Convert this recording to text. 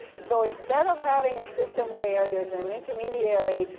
so instead of having a system where there's an intermediary,